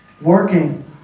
working